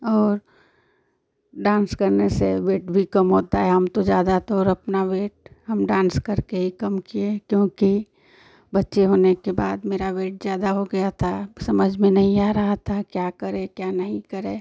और डांस करने से वेट भी कम होता है हम तो ज़्यादातर अपना वेट हम डांस करके ही कम किए हैं क्योंकि बच्चे होने के बाद मेरा वेट ज़्यादा हो गया था समझ में नही आ रहा था क्या करे क्या नहीं करे